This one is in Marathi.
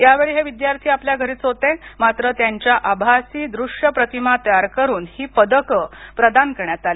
यावेळी हे विद्यार्थी आपल्या घरीच होते मात्र त्यांच्या आभासी दृश्य प्रतिमा तयार करून ही पदकं प्रदान करण्यात आली